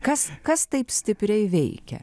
kas kas taip stipriai veikia